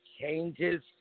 changes